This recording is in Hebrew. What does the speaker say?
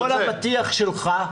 כל הפתיח שלך,